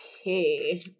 Okay